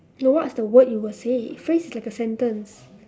no what's the word you would say phrase is like a sentence